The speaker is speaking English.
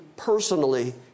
personally